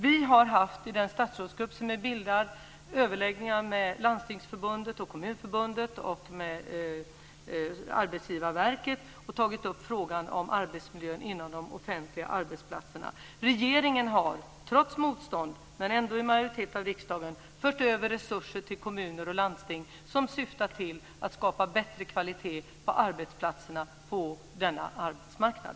Vi har i den statsrådsgrupp som är bildad haft överläggningar med Landstingsförbundet, Kommunförbundet och Arbetsgivarverket, och vi har tagit upp frågan om arbetsmiljön inom de offentliga arbetsplatserna. Regeringen har trots motstånd, men ändå med en majoritet i riksdagen bakom sig, fört över resurser till kommuner och landsting som syftar till att skapa bättre kvalitet på arbetsplatserna på denna arbetsmarknad.